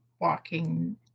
walking